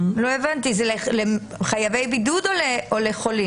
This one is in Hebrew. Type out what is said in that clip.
לא הבנתי זה לחייבי בידוד או לחולים?